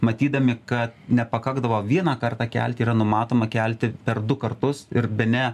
matydami kad nepakakdavo vieną kartą kelti yra numatoma kelti per du kartus ir bene